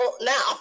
now